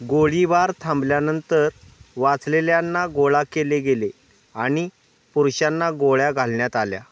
गोळीबार थांबल्यानंतर वाचलेल्यांना गोळा केले गेले आणि पुरुषांना गोळ्या घालण्यात आल्या